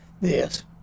Yes